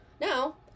now